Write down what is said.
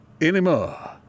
anymore